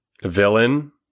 villain